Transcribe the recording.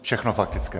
Všechno faktické.